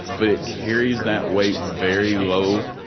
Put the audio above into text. but it carries that weight very low,